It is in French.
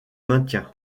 maintien